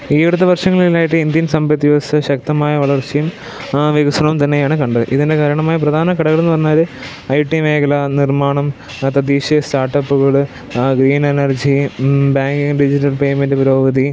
ഈ അടുത്ത വർഷങ്ങളിലായിട്ട് ഇന്ത്യൻ സമ്പദ് വ്യവസ്ഥ ശക്തമായ വളർച്ചയും വികസനവും തന്നെയാണ് കണ്ടത് ഇതിന് കാരണമായ പ്രധാന ഘടകങ്ങളെന്ന് പറഞ്ഞാൽ ഐ ടി മേഖല നിർമ്മാണം തദ്ദേശീയ സ്റ്റാർട്ടപ്പുകൾ ബാങ്കിങ്ങ് ഡിജിറ്റൽ പേയ്മെൻ്റ് പുരോഗതി